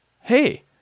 Hey